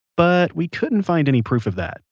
but we couldn't find any proof of that.